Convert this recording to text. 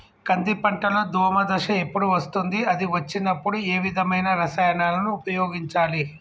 కంది పంటలో దోమ దశ ఎప్పుడు వస్తుంది అది వచ్చినప్పుడు ఏ విధమైన రసాయనాలు ఉపయోగించాలి?